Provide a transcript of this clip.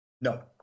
No